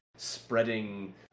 spreading